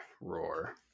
roar